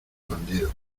bandidos